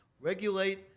regulate